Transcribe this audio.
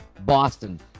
Boston